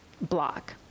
block